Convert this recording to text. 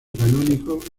canónico